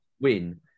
win